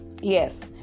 yes